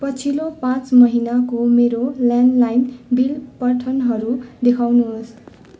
पछिल्लो पाँच महिनाको मेरो ल्यान्डलाइन बिल पठनहरू देखाउनुहोस्